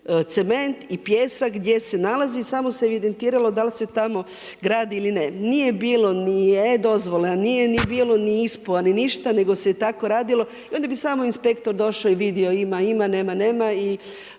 cement i pijesak, gdje se nalazi. Samo se evidentiralo da li se tamo gradi ili ne. Nije bilo ni e-dozvola, nije bilo ni ISPO ni ništa nego se je tako radilo. I onda bi samo inspektor došao i vidio ima, ima, nema, nema